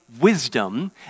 wisdom